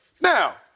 Now